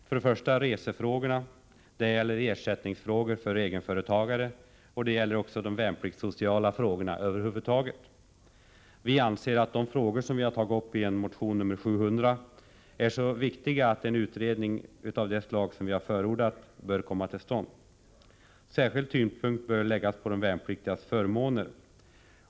Vi har resefrågorna, vi har ersättningsfrågorna för egenföretagare, och det gäller också de värnpliktssociala frågorna över huvud taget. Vi anser att de frågor vi tagit upp i motion 700 är så viktiga att en utredning av det slag vi har förordat bör komma till stånd. Särskild tyngdpunkt bör läggas på de värnpliktigas förmåner.